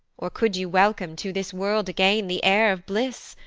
or could you welcome to this world again the heir of bliss?